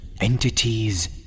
Entities